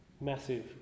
massive